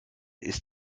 ist